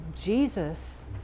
Jesus